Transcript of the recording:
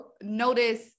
notice